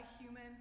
human